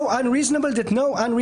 אני ניסיתי להבין את התשובה, זה הכול.